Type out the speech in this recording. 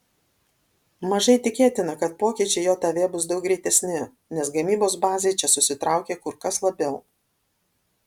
mažai tikėtina kad pokyčiai jav bus daug greitesni nes gamybos bazė čia susitraukė kur kas labiau